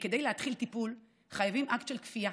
כדי להתחיל טיפול חייבים אקט של כפייה,